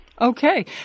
Okay